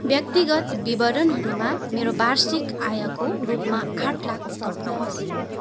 व्यक्तिगत विवरणहरूमा मेरो वार्षिक आयको रूपमा आठ लाख थप्नुहोस्